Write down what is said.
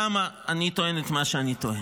למה אני טוען את מה שאני טוען?